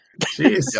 Jeez